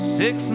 six